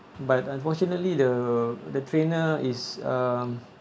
but unfortunately the the trainer is um